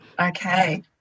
Okay